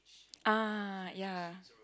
ah ya